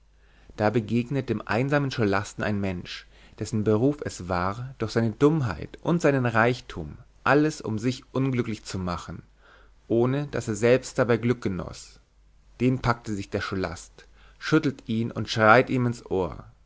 da begegnet dem einsamen scholasten ein mensch dessen beruf es war durch seine dummheit und seinen reichtum alles um sich unglücklich zu machen ohne daß er selbst dabei glück genoß den packt sich der scholast schüttelt ihn und schreit ihm ins ohr